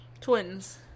twins